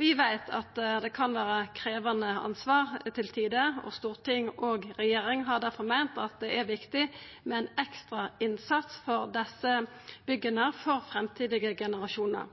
Vi veit at det kan vera eit krevjande ansvar til tider, og storting og regjering har difor meint at det er viktig med ein ekstra innsats for desse bygga for framtidige generasjonar.